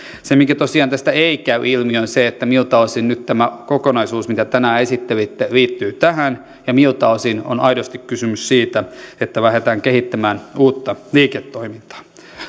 se mikä tosiaan tästä ei käy ilmi on se miltä osin nyt tämä kokonaisuus minkä tänään esittelitte liittyy tähän ja miltä osin on aidosti kysymys siitä että lähdetään kehittämään uutta liiketoimintaa